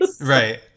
Right